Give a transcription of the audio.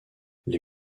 les